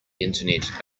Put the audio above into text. internet